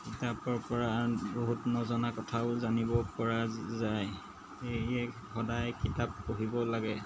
কিতাপৰপৰা বহুত নজনা কথাও জানিব পৰা যায় সেয়ে সদায় কিতাপ পঢ়িবও লাগে